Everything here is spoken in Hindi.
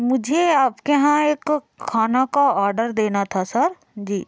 मुझे आपके यहाँ एक खाना का आर्डर देना था सर जी